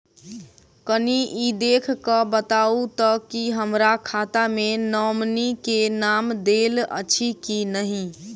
कनि ई देख कऽ बताऊ तऽ की हमरा खाता मे नॉमनी केँ नाम देल अछि की नहि?